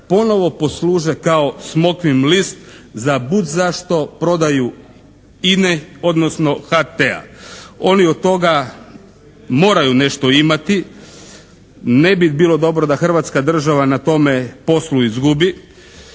ponovo posluže kao smokvin list za bud zašto prodaju INA-e odnosno HT-a. Oni od toga moraju nešto imati. Ne bi bilo dobro da Hrvatska država na tome poslu izgubi,